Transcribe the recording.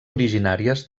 originàries